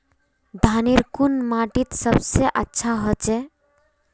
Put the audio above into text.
धानेर कुन माटित सबसे अच्छा होचे?